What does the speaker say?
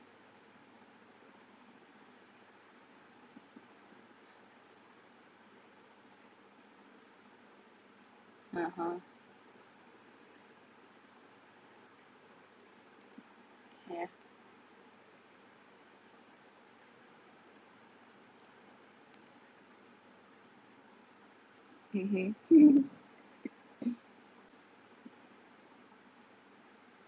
(uh huh) yeah mmhmm